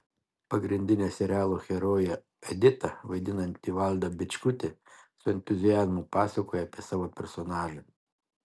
pagrindinę serialo heroję editą vaidinanti valda bičkutė su entuziazmu pasakoja apie savo personažą